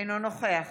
אינו נוכח